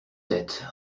tête